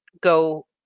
go